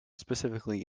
specifically